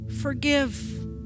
forgive